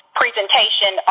presentation